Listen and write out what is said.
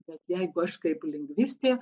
bet jeigu aš kaip lingvistė